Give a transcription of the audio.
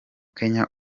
kenya